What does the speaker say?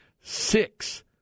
six